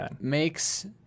makes